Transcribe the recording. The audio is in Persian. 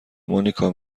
مونیکا